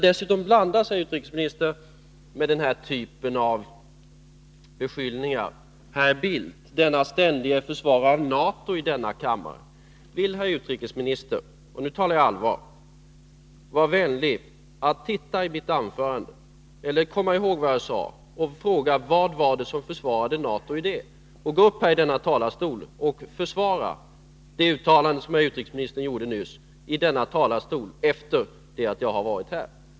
Dessutom blandas det, herr utrikesminister, med beskyllningar av typen: Herr Bildt, denna ständiga försvarare av NATO här i kammaren. Vill herr utrikesministern — och nu talar jag allvar — vara vänlig att komma ihåg vad jag sade i mitt anförande och här ange, vad i anförandet som innebar ett försvar av NATO, samt gå upp i denna talarstol och försvara det uttalande som herr utrikesministern gjorde nyss.